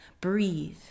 Breathe